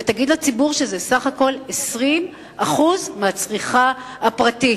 ותגיד לציבור שזה בסך הכול 20% מהצריכה הפרטית.